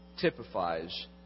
typifies